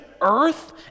earth